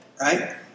right